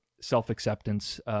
self-acceptance